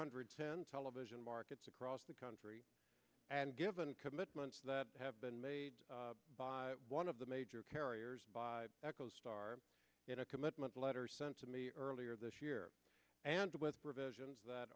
hundred ten television markets across the country and given commitments that have been made by one of the major carriers by echo star in a commitment letter sent to me earlier this year and with